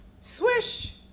Swish